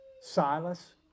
Silas